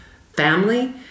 family